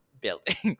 buildings